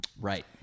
right